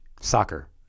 soccer